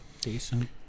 decent